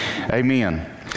Amen